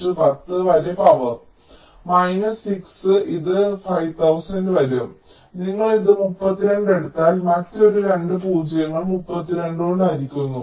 32 10 വരെ power minus 6 ഇത് 5000 വരും നിങ്ങൾ ഇത് 32 എടുത്താൽ മറ്റൊരു 2 പൂജ്യങ്ങൾ 32 കൊണ്ട് ഹരിക്കുന്നു